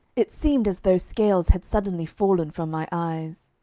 it seemed as though scales had suddenly fallen from my eyes.